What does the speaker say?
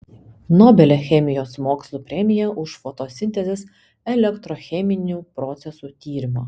nobelio chemijos mokslų premija už fotosintezės elektrocheminių procesų tyrimą